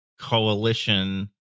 coalition